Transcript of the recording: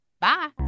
Bye